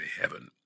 heaven